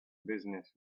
business